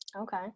Okay